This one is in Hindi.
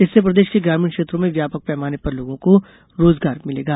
इससे प्रदेश के ग्रामीण क्षेत्रों में व्यापक पैमाने पर लोगों को रोजगार मिलेगा